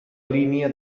línia